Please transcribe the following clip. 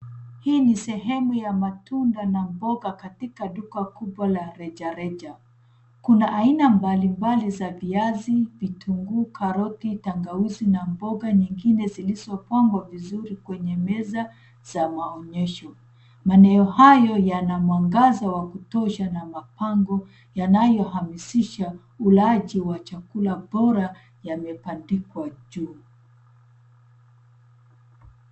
Hii ni sehemu ya matunda na mboga katika duka kubwa la rejareja. Kuna aina mbalimbali za viazi, vitunguu, karoti, tangawizi na mboga nyingine zilizopangwa vizuri kwenye meza za maonyesho. Maeneo hayo yana mwangaza wa kutosha na mapango yanayohamasisha ulaji wa chakula bora yamebandikwa juu.